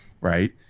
right